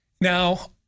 Now